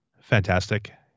Fantastic